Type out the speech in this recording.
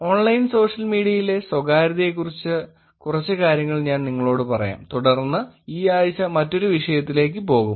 online social മീഡിയയിലെ സ്വകാര്യതയെക്കുറിച്ച് കുറച്ച് കാര്യങ്ങൾ ഞാൻ നിങ്ങളോട് പറയാം തുടർന്ന് നമ്മൾ ഈ ആഴ്ച മറ്റൊരു വിഷയത്തിലേക്ക് പോകും